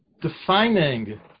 defining